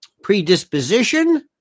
predisposition